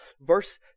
Verse